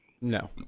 No